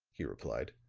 he replied.